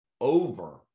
over